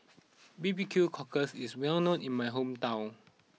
B B Q Cockle is well known in my hometown